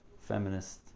feminist